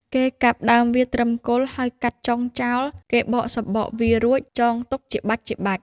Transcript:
គេកាប់ដើមវាត្រឹមគល់ ហើយកាត់ចុងចោល គេបកសំបក វារួចចងទុកជាបាច់ៗ ។